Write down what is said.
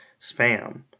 spam